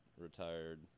retired